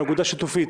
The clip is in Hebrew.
באגודה שיתופית,